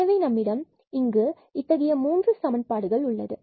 எனவே நம்மிடம் இத்தகைய மூன்று சமன்பாடுகள் உள்ளது